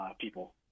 people